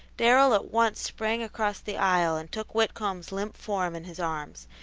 darrell at once sprang across the aisle and took whitcomb's limp form in his arms.